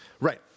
Right